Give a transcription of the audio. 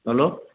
hello